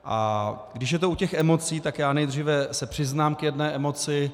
A když je to u těch emocí, tak já nejdříve se přiznám k jedné emoci.